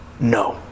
No